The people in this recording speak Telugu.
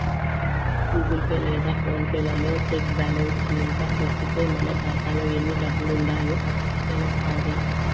గూగుల్ పే లేదా ఫోన్ పే లలో సెక్ బ్యాలెన్స్ మీద నొక్కితే మన కాతాలో ఎన్ని డబ్బులుండాయో తెలస్తాది